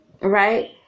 Right